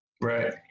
Right